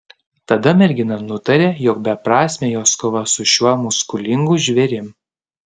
tada mergina nutarė jog beprasmė jos kova su šiuo muskulingu žvėrim